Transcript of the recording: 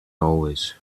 always